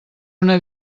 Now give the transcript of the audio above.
una